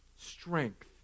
strength